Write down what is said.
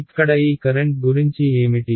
ఇక్కడ ఈ కరెంట్ గురించి ఏమిటి